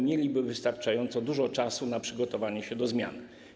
Mieliby wystarczająco dużo czasu na przygotowanie się do zmian.